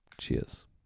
Cheers